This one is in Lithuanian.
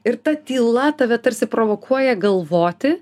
ir ta tyla tave tarsi provokuoja galvoti